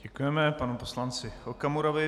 Děkujeme panu poslanci Okamurovi.